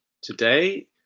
today